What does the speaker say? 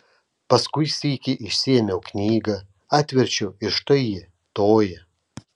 paskui sykį išsiėmiau knygą atverčiau ir štai ji toji